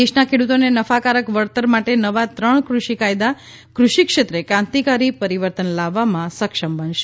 દેશના ખેડુતોને નફાકારક વળતર માટે નવા ત્રણ કૃષિ કાયદા કૃષિ ક્ષેત્રે ક્રાંતિકારક પરિવર્તન લાવવામાં સક્ષમ બનશે